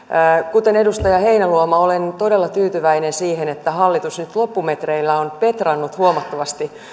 kuten edustaja heinäluoma olen todella tyytyväinen siihen että hallitus nyt loppumetreillä on petrannut huomattavasti